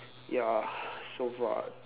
ya so far